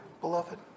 beloved